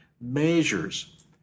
Measures